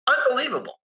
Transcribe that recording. Unbelievable